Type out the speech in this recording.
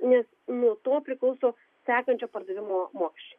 nes nuo to priklauso sekančio pardavimo mokesčiai